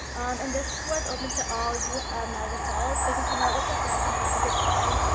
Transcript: and this was open to all youth of niagara falls. they can come out with their friends and have a good time.